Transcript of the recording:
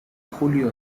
julio